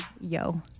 Yo